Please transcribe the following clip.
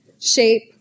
Shape